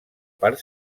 part